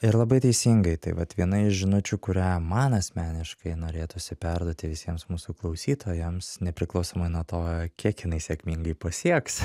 ir labai teisingai tai vat viena iš žinučių kurią man asmeniškai norėtųsi perduoti visiems mūsų klausytojams nepriklausomai nuo to kiek jinai sėkmingai pasieks